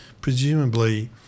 presumably